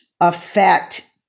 affect